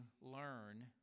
learn